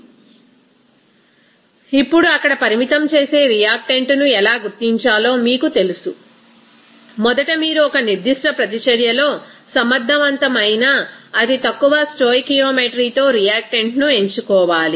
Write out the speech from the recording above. refer slide time 0334 ఇప్పుడు అక్కడ పరిమితం చేసే రియాక్టెంట్ను ఎలా గుర్తించాలో మీకు తెలుసు మొదట మీరు ఒక నిర్దిష్ట ప్రతిచర్యలో సమర్థవంతమైన అతి తక్కువ స్టోయికియోమెట్రీతో రియాక్టెంట్ను ఎంచుకోవాలి